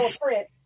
print